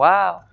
Wow